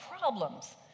problems